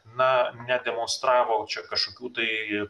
na nedemonstravo kažkokių tai